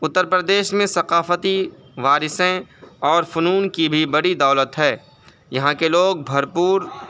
اترپردیش میں ثقافتی وراثتیں اور فنون کی بھی بڑی دولت ہے یہاں کے لوگ بھرپور